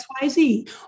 XYZ